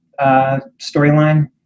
storyline